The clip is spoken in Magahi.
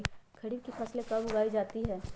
खरीफ की फसल कब उगाई जाती है?